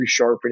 resharpening